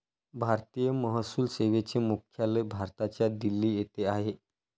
भारतीय महसूल सेवेचे मुख्यालय भारताच्या दिल्ली येथे आहे